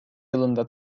yılında